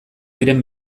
diren